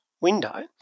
window